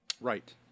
Right